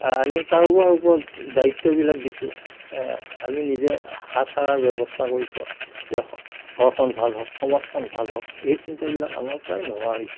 আমি কাৰোবাৰ ওপৰত দায়িত্ববিলাক দিছোঁ আমি নিজে হাত সাৰাৰ ব্যৱস্থা কৰিছোঁ যে ঘৰখন ভাল হওক সমাজখন ভাল হওক এই চিন্তাবিলাক আমাৰ প্ৰায় নোহোৱা হৈছে